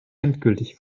endgültig